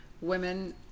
women